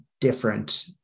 different